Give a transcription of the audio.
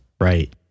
right